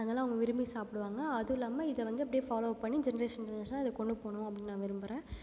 அதனால் அவங்க விரும்பி சாப்பிடுவாங்க அதுவும் இல்லாமல் இதை வந்து அப்படியே ஃபாலோவப் பண்ணி ஜென்ரேஷன் ஜென்ரஷனாக இதை கொண்டு போகணும் அப்படின்னு நான் விரும்புகிறேன்